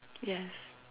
yes